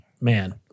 man